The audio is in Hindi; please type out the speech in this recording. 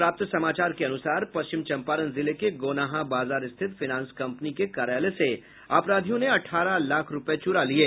प्राप्त समाचार के अनुसार पश्चिम चंपारण जिले के गौनाहा बाजार स्थित फाइनेंस कंपनी के कार्यालय से अपराधियों ने अठारह लाख रूपये चुरा लिये